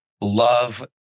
Love